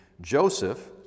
Joseph